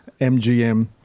MGM